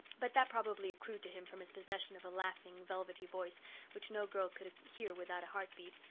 but that probably accrued to him from his possession of a laughing, velvety voice which no girl could hear without a heartbeat,